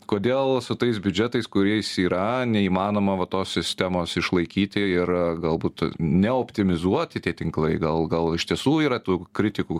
kodėl su tais biudžetais kuriais yra neįmanoma va tos sistemos išlaikyti ir galbūt neoptimizuoti tie tinklai gal gal iš tiesų yra tų kritikų